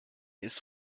ist